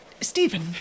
Stephen